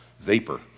vapor